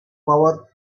power